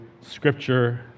scripture